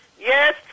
Yes